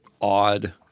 odd